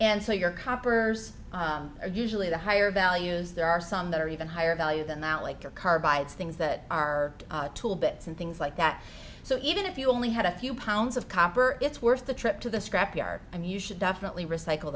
and so your coppers are usually the higher values there are some that are even higher value than that like you're carbides things that are tool bits and things like that so even if you only had a few pounds of copper it's worth the trip to the scrap yard i mean you should definitely recycle